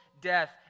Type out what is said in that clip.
death